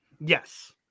Yes